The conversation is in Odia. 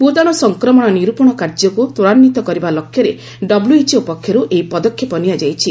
ଭୂତାଣୁ ସଂକ୍ରମଣ ନିରୂପଣ କାର୍ଯ୍ୟକୁ ତ୍ୱରାନ୍ୱିତ କରିବା ଲକ୍ଷ୍ୟରେ ଡବ୍ଲ୍ୟଏଚ୍ଓ ପକ୍ଷରୁ ଏହି ପଦକ୍ଷେପ ନିଆଯାଇଛି